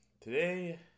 today